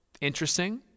Interesting